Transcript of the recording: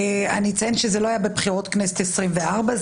אני אציין שזה לא היה בבחירות לכנסת העשרים וארבע.